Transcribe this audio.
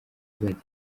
azagira